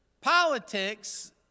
Politics